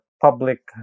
public